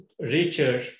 richer